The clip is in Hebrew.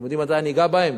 אתם יודעים מתי אני אגע בהם?